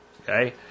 Okay